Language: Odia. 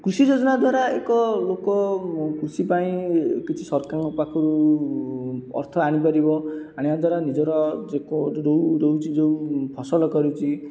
କୃଷି ଯୋଜନା ଦ୍ୱାରା ଏକ ଲୋକ କୃଷି ପାଇଁ କିଛି ସରକାରଙ୍କ ପାଖରୁ ଅର୍ଥ ଆଣିପାରିବ ଆଣିବା ଦ୍ୱାରା ନିଜର ଯେଉଁ ରହୁଛି ଯେଉଁ ଫସଲ କରୁଛି